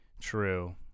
True